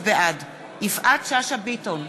בעד יפעת שאשא ביטון,